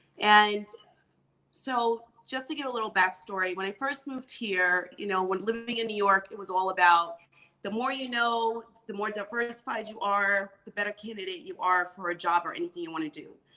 and so, just to give a little backstory, when i first moved here, you know when living in new york, it was all about the more you know, the more diversified you are, the better candidate you are for a job or and anything you wanna do.